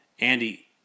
Andy